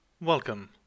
Welcome